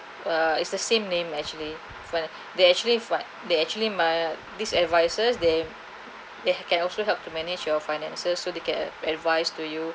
ah it's the same name actually when they actually flight they actually my uh these advisers they they can also help to manage your finances so they can advise to you